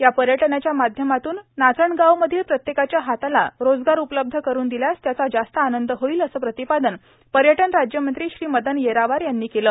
या पयटनाच्या माध्यमातून नाचणगावमधील प्रत्येकाच्या हाताला रोजगार उपलब्ध करून दिल्यास त्याचा जास्त आनंद होईल असं प्रांतपादन पयटनराज्यमंत्री श्री मदन येरावार यांनी केलं